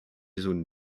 zones